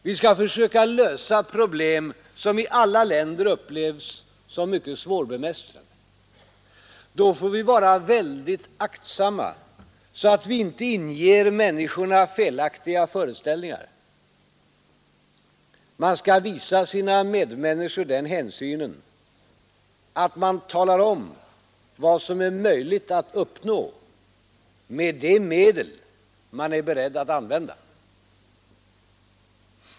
Vi skall försöka lösa problem som i alla länder upplevs som mycket svårbemästrade. Då får vi vara väldigt aktsamma, så att vi inte inger människorna felaktiga föreställningar. Man skall visa sina medmänniskor den hänsynen att man talar om vad som är möjligt att uppnå med de medel man är beredd att använda.